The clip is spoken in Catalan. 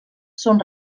són